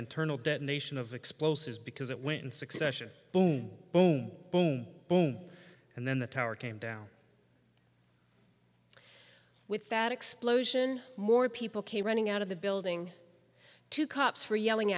internal detonation of explosives because it went in succession boom boom boom boom and then the tower came down with that explosion more people came running out of the building two cops were yelling